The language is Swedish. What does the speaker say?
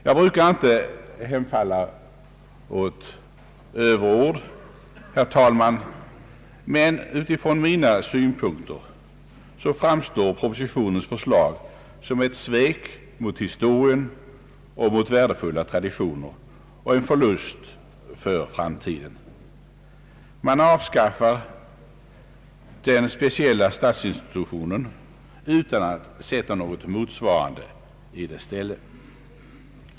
Jag brukar inte, herr talman, hem falla åt överord, men från mina synpunkter framstår propositionens förslag som ett svek mot historien och mot värdefulla traditioner och som en förlust för framtiden. Man avskaffar den speciella stadsinstitutionen utan att sätta något motsvarande i dess ställe.